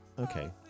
Okay